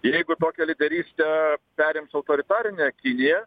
jeigu tokią lyderystę perims autoritarinė kinija